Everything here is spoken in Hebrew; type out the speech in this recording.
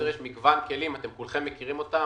יש מגוון כלים, אתם כולכם מכירים אותם.